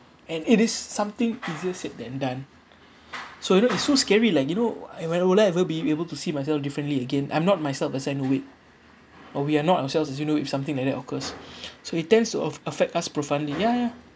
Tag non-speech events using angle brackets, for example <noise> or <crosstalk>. and it is something easier said than done so you know it's so scary like you know uh when will I ever be able to see myself differently again I'm not myself as in with or we are not ourselves if you know if something like that occurs <breath> so it tends to a~ affect us profoundly ya ya